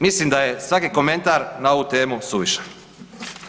Mislim da je svaki komentar na ovu temu suvišan.